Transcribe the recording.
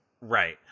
Right